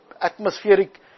atmospheric